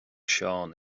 seán